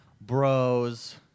bros